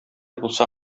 булса